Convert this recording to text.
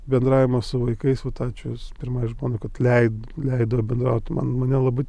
bendravimą su vaikais vat ačiū pirmajai žmonai kad leido leido bendraut man mane labai